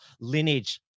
lineage